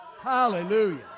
Hallelujah